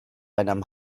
einem